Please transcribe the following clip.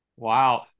Wow